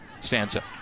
stanza